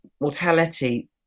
mortality